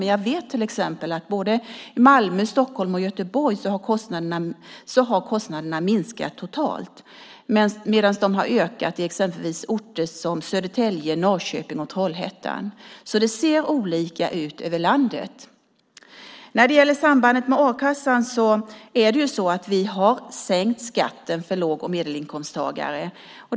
Men jag vet till exempel att i Malmö, Stockholm och Göteborg har kostnaderna minskat totalt medan de har ökat i till exempel orter som Södertälje, Norrköping och Trollhättan. Det ser olika ut över landet. När det gäller sambandet med a-kassan har vi sänkt skatten för låg och medelinkomsttagare.